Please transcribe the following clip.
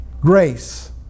Grace